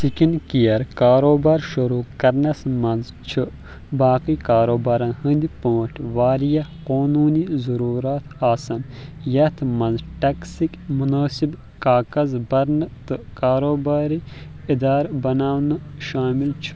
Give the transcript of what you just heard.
skin کِیر کاروبار شروٗع کرنَس منٛز چھِ باقٕے کاروبارَن ہٕنٛدۍ پٲٹھۍ واریٛاہ قوٗنوٗنی ضروٗرات آسان یَتھ منٛز ٹیکسٕک مُنٲسِب کاغذ بَرنہٕ تہٕ کاروباری اِدارٕ بناونہٕ شٲمِل چھِ